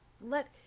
Let